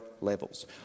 levels